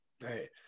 right